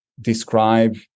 describe